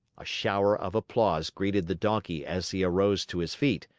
a shower of applause greeted the donkey as he arose to his feet.